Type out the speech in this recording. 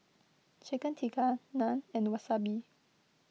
Chicken Tikka Naan and Wasabi